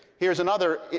here's another